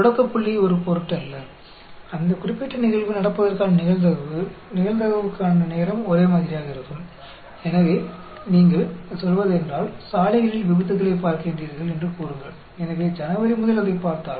सिर्फ इसलिए कि हम जनवरी के महीने में किसी घटना को देखते हैं या हम फरवरी के महीने में किसी घटना को देखते हैं शुरुआती पॉइंट्स कोई मायने नहीं रखता